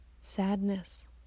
sadness